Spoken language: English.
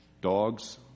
dogs